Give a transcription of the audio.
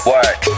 Work